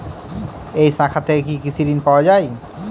এই শাখা থেকে কি কৃষি ঋণ পাওয়া যায়?